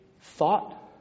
thought